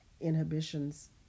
inhibitions